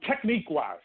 technique-wise